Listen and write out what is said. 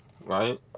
right